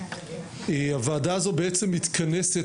הוועדה הזאת בעצם מתכנסת,